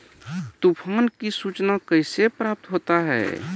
तुफान की सुचना कैसे प्राप्त होता हैं?